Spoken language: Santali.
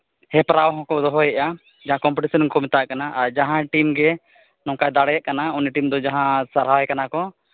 ᱦᱮᱯᱨᱟᱣ ᱦᱚᱸᱠᱚ ᱫᱚᱦᱚᱭᱮᱜᱼᱟ ᱡᱟᱦᱟᱸ ᱠᱚᱢᱯᱤᱴᱤᱥᱮᱱ ᱠᱚ ᱢᱮᱛᱟᱜ ᱠᱟᱱᱟ ᱡᱟᱦᱟᱸᱭ ᱴᱤᱢ ᱜᱮ ᱱᱚᱝᱠᱟᱭ ᱫᱟᱲᱮᱭᱟᱜ ᱠᱟᱱᱟ ᱩᱱᱤ ᱴᱤᱢ ᱫᱚ ᱡᱟᱦᱟᱸᱭ ᱥᱟᱨᱦᱟᱣᱮ ᱠᱟᱱᱟ ᱠᱚ